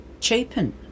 cheapen